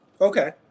Okay